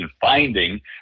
finding